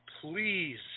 please